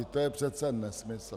To je přece nesmysl.